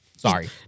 Sorry